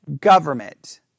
government